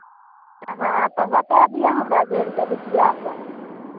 हँ तऽ बताए दिअ हमरा जोड़ि कऽ रुपैआके